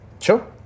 Sure